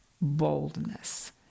boldness